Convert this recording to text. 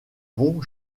vont